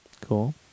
Cool